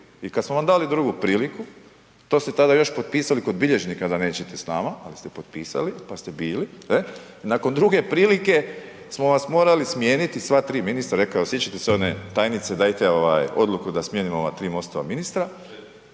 i kad smo vam dali priliku, to ste tada još potpisali kod bilježnika da nećete s nama, ali ste potpisali pa ste bili, ne. Nakon druge prilike smo vas morali smijeniti sva tri ministra, sjećate se one tajnice dajte ovaj odluku da smijenimo ona tri MOST-ova ministra,